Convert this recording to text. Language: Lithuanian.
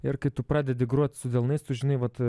ir kai tu pradedi grot su delnais tu žinai vat